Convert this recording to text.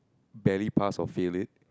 barely pass or fail it